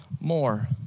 more